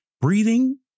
breathing